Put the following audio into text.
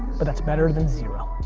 but that's better than zero.